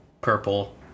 purple